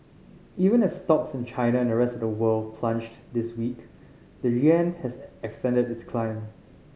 even as stocks in China and the rest of the world plunged this week the yuan has extended its climb